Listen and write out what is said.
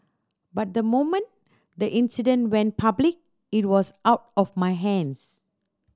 but the moment the incident went public it was out of my hands